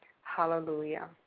Hallelujah